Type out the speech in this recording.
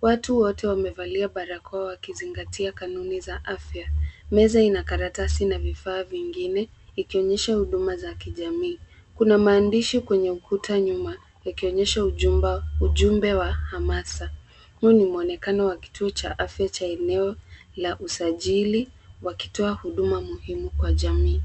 Watu wote wamevalia barakoa wakizingatia kanuni za afya. Meza ina karatasi na vifaa vingine ikionyesha huduma za kijamii. Kuna maandishi kwenye ukuta nyuma yakionyesha ujumbe wa hamasa. Huu ni mwonekano wa kituo cha afya cha eneo la usajili wakitoa huduma muhimu kwa jamii.